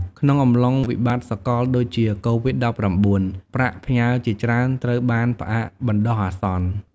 ក្នុងអំឡុងវិបត្តិសកលដូចជា កូវីដ-១៩ ប្រាក់ផ្ញើជាច្រើនត្រូវបានផ្អាកបណ្តោះអាសន្ន។